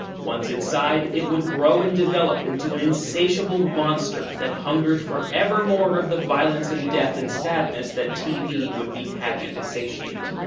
once inside, it would grow and develop into an insatiable monster that hungered for ever more of the violence and death and sadness that tv would be happy to satiate.